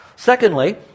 Secondly